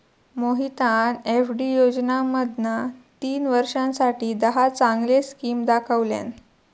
मोहितना एफ.डी योजनांमधना तीन वर्षांसाठी दहा चांगले स्किम दाखवल्यान